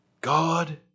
God